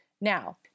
Now